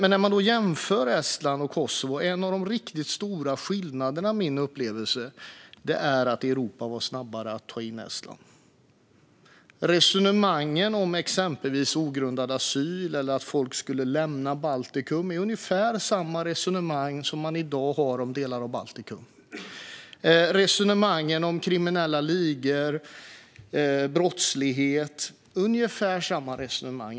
När man jämför Estland och Kosovo upplever jag att en av de riktigt stora skillnaderna är att Europa var snabbare att ta in Estland. Resonemangen om exempelvis ogrundade asylansökningar eller att folk skulle lämna Baltikum är ungefär desamma som man i dag har om delar av Balkan. Resonemangen om kriminella ligor och brottslighet är ungefär desamma.